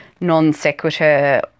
non-sequitur